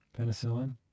penicillin